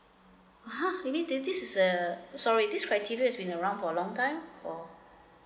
ha you mean that this the sorry this criteria is been around for a long time or